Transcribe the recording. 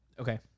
Okay